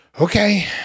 okay